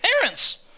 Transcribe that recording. parents